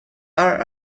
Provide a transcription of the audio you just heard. are